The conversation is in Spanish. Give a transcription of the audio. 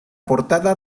portada